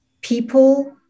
people